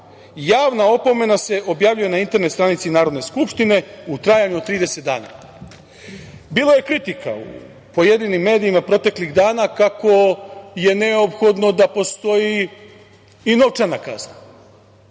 Javna opomena se objavljuje na internet stranici Narodne skupštine u trajanju od 30 dana. Bilo je kritika u pojedinim medijima proteklih dana kako je neophodno da postoji i novčana kazna.